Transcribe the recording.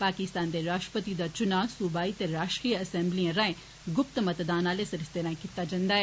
पाकिस्तान दे राष्ट्रपति दा चुनां सूवाई ते राष्ट्रीय असैम्बलिए राएं गुप्त मतदान आले सरिस्ते राएं कीता जन्दा ऐ